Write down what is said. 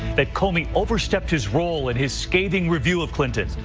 that comey overstepped his role in his scathing review of clinton.